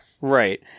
right